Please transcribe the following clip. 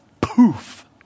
poof